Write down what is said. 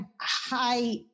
high